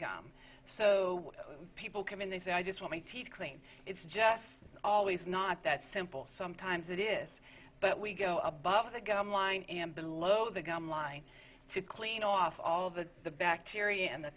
when people come in they say i just want my teeth cleaned it's just always not that simple sometimes it is but we go above the get on line and below the gumline to clean off all of the the bacteria and the